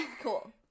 Cool